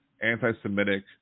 anti-Semitic